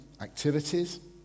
activities